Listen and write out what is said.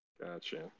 Gotcha